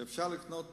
שמחיר תרופה